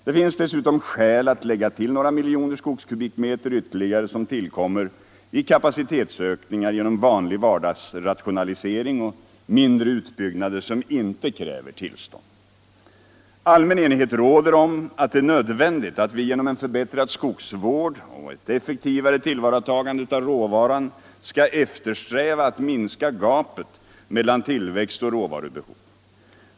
Det finns dessutom skäl att lägga till några miljoner skogskubikmeter ytterligare, som tillkommer i kapacitetsökningar genom vanlig vardagsrationalisering och mindre utbyggnader som inte kräver tillstånd. Allmän enighet råder om att det är nödvändigt att vi genom en förbättrad skogsvård och eu effektivare tillvaratagande av råvaran skall eftersträva att minska gapet mellan tillväxt och råvarubehov.